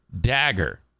dagger